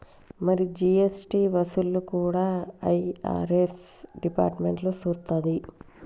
మరి జీ.ఎస్.టి వసూళ్లు కూడా ఐ.ఆర్.ఎస్ డిపార్ట్మెంట్ సూత్తది